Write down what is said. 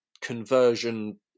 conversion